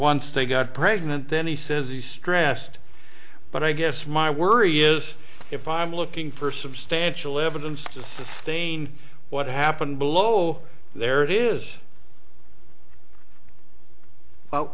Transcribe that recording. once they got pregnant then he says he's stressed but i guess my worry is if i'm looking for substantial evidence to sustain what happened below there it is